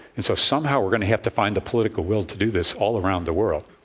and so somehow we're going to have to find the political will to do this all around the world.